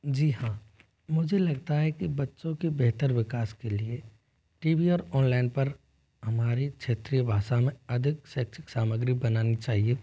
जी हाँ मुझे लगता है कि बच्चों के बेहतर विकास के लिए टी वी और ऑनलाइन पर हमारी क्षेत्रीय भाषा में अधिक शैक्षिक सामग्री बनानी चाहिए